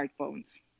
smartphones